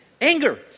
Anger